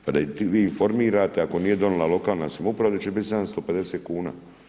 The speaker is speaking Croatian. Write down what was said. Pa da ih vi informirate, ako nije donijela lokalna samouprava da će biti 750 kuna.